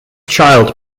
child